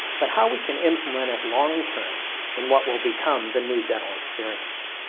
but how we can implement it long-term in what will become the new dental experience.